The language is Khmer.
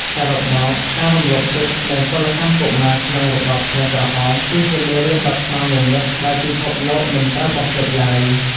សរុបមក ការរំលោភសិទ្ធិ និងពលកម្មកុមារក្នុងរបបខ្មែរក្រហម គឺជាមេរៀនដ៏ខ្មៅងងឹតដែលពិភពលោកមិនត្រូវបំភ្លេចឡើយ។